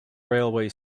railway